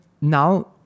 now